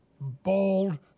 bold